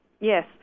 Yes